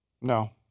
No